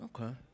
Okay